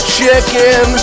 chicken